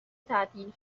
تعطیل